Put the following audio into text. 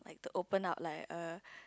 to open up like a